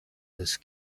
this